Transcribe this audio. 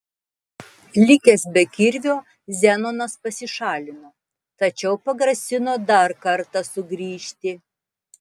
likęs be kirvio zenonas pasišalino tačiau pagrasino dar kartą sugrįžti